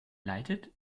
leitet